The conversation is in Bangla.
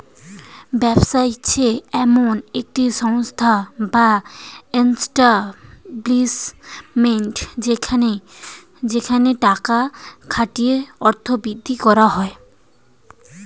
ব্যবসা হচ্ছে এমন একটি সংস্থা বা এস্টাব্লিশমেন্ট যেখানে টাকা খাটিয়ে অর্থ বৃদ্ধি করা যায়